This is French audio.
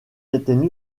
n’étaient